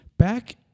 Back